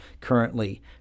currently